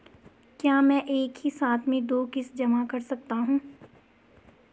क्या मैं एक ही साथ में दो किश्त जमा कर सकता हूँ?